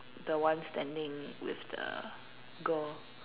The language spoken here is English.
the ones standing with the girl